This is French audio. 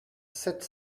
sept